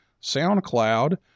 SoundCloud